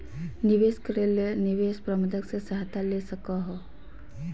निवेश करे ले निवेश प्रबंधक से सहायता ले सको हो